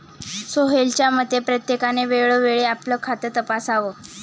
सोहेलच्या मते, प्रत्येकाने वेळोवेळी आपलं खातं तपासावं